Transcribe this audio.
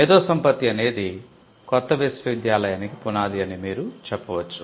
మేధోసంపత్తి అనేది కొత్త విశ్వవిద్యాలయానికి పునాది అని మీరు చెప్పవచ్చు